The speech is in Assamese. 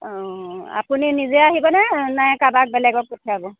অঁ আপুনি নিজে আহিব নে নাই কাৰোবাক বেলেগক পঠিয়াব